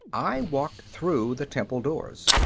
i walked through the temple doors.